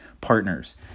partners